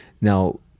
Now